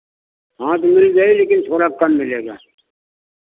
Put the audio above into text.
हाँ तो मिल जाई लेकिन थोड़ा कम मिलेगा